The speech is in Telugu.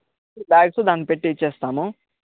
విత్ బ్యాగ్స్ దాన్ని పెట్టి ఇచ్చేస్తాము